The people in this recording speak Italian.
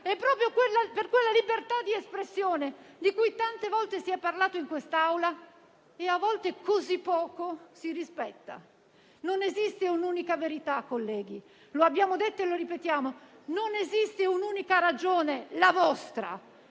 proprio per quella libertà di espressione di cui tante volte si è parlato in quest'Aula e che a volte così poco si rispetta. Non esiste un'unica verità, colleghi: lo abbiamo detto e lo ripetiamo. Non esiste un'unica ragione, la vostra.